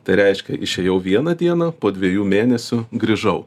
tai reiškia išėjau vieną dieną po dviejų mėnesių grįžau